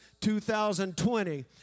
2020